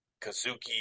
Kazuki